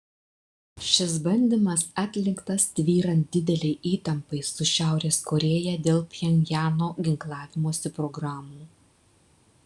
šis bandymas atliktas tvyrant didelei įtampai su šiaurės korėja dėl pchenjano ginklavimosi programų